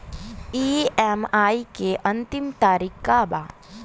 EMI के अंतिम तारीख का बा?